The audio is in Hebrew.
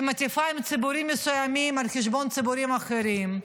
שמיטיבה עם ציבורים מסוימים על חשבון ציבורים אחרים,